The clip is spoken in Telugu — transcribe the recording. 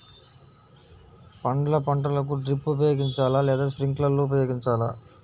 పండ్ల పంటలకు డ్రిప్ ఉపయోగించాలా లేదా స్ప్రింక్లర్ ఉపయోగించాలా?